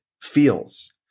feels